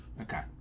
Okay